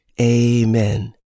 Amen